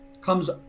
comes